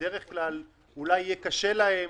שבדרך כלל אולי יהיה קשה להן,